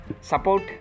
support